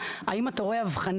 האם אנחנו הולכים לכיוון אליו הטיפול